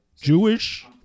Jewish